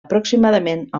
aproximadament